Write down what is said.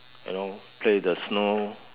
you know play with the snow